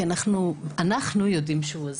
כי אנחנו יודעים שהוא עוזר.